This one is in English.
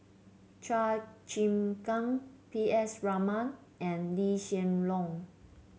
Chua Chim Kang P S Raman and Lee Hsien Loong